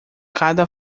cada